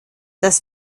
dass